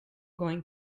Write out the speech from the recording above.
going